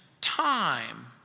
time